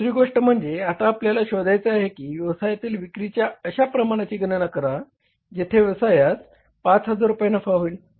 दुसरी गोष्ट म्हणजे आता आपल्याला शोधायचे आहे की व्यवसायातील विक्रीच्या अशा प्रमाणाची गणना करा जेथे व्यवसायास 5000 रुपये नफा होईल